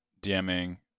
DMing